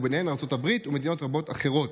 וביניהן ארצות הברית ומדינות רבות אחרות.